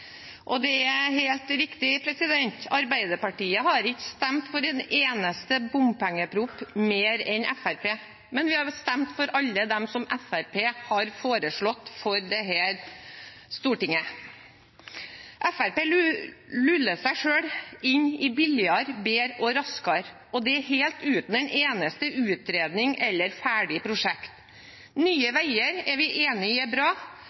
regjering. Det er helt riktig at Arbeiderpartiet ikke har stemt for en eneste bompengeproposisjon mer enn Fremskrittspartiet, men vi har stemt for alle dem som Fremskrittspartiet har foreslått for dette stortinget. Fremskrittspartiet luller seg selv inn i billigere, bedre og raskere, og det helt uten en eneste utredning eller noe ferdig prosjekt. Vi er enig i at Nye Veier er bra,